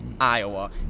Iowa